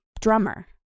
drummer